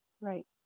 Right